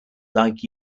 like